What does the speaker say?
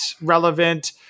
relevant